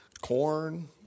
corn